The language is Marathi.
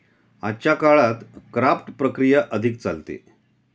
आजच्या काळात क्राफ्ट प्रक्रिया अधिक चालते